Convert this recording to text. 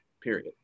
period